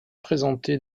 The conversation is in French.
présenté